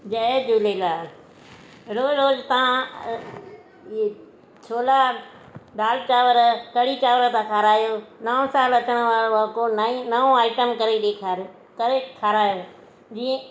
जय झूलेलाल रोज़ु रोज़ु त इहे छोला दाल चांवरु कढ़ी चांवरु था खारायो नओं सालु अचणु वारो आहे नईं नओं आइटम करे ॾेखारि करे खारायो जीअं